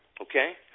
okay